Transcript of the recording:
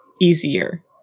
easier